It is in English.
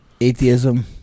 Atheism